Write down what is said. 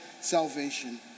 salvation